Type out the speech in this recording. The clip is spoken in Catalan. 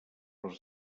però